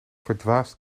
verdwaasd